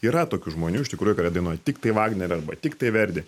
yra tokių žmonių iš tikrųjų kurie dainuoja tiktai vagnerį arba tiktai verdį